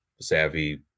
savvy